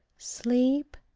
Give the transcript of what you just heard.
sleep,